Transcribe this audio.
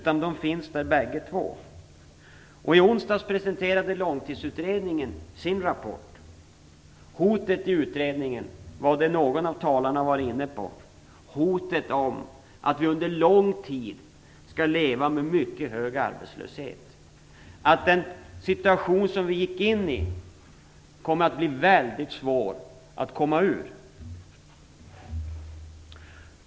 De finns där bägge två. I onsdags presenterade Långtidsutredningen sin rapport. Hotet i utredningen, som någon av talarna varit inne på, är att vi under lång tid skall leva med mycket hög arbetslöshet, att den situation vi gick in i kommer att bli väldigt svår att komma ur.